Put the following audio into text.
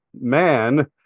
man